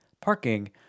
parking